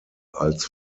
als